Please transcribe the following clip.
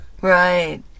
right